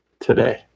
today